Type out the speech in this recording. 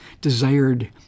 desired